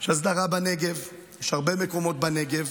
יש הסדרה בנגב, יש הרבה מקומות בנגב.